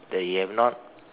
that you have not